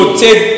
take